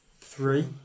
three